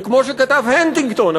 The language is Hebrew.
וכמו שכתב הנטינגטון,